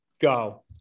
go